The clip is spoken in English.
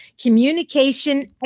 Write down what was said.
Communication